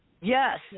Yes